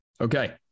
Okay